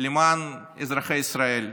למען אזרחי ישראל.